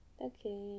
Okay